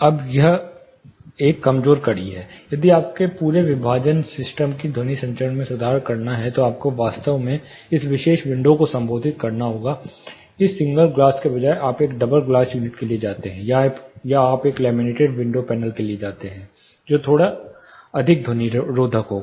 अब यह एक कमजोर कड़ी है यदि आपको पूरे विभाजन सिस्टम के ध्वनि संचरण में सुधार करना है तो आपको वास्तव में इस विशेष विंडो को संबोधित करना होगा एक सिंगल ग्लास के बजाय आप एक डबल ग्लास यूनिट के लिए जाते हैं या आप एक लैमिनेटेड विंडो पैनल के लिए जाते हैं जो थोड़ा अधिक ध्वनि रोधक होगा